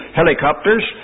helicopters